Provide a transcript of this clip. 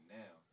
now